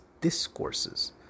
discourses